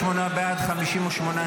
ההצעה להעביר לוועדה את הצעת חוק הרשות